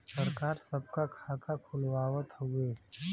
सरकार सबका खाता खुलवावत हउवे